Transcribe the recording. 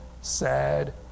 sad